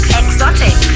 exotic